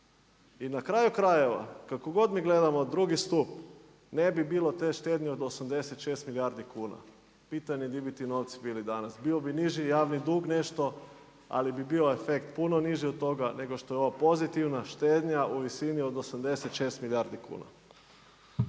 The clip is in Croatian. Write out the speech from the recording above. I na kraju krajeva kako god mi gledamo drugi stup, ne bi bilo te štednje od 86 milijardi kuna, pitanje gdje bi ti novci bili danas, bio bi niži javni dug nešto ali bi bio efekt puno niži od toga nego što je ovo pozitivna štednja u visini od 86 milijardi kuna.